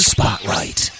Spotlight